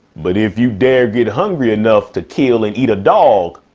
but if you dare get hungry enough to kill and eat a dog,